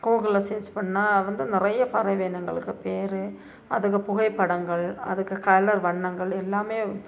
கூகுள்ல சர்ச் பண்ணால் வந்து நிறையா பறவை இனங்களுக்கு பேர் அதுக்கு புகைப்படங்கள் அதுக்கு கலர் வண்ணங்கள் எல்லாமே